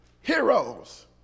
heroes